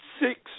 Six